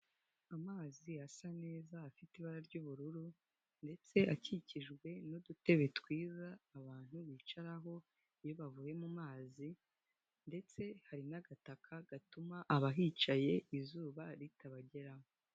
Amazi asa neza, afite ibara ry'ubururu, ndetse akikijwe n'udutebe twiza abantu bicaraho iyo bavuye mu mazi, ndetse hari n'agataka gatuma aba hicaye izuba ritabageraho.